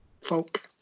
folk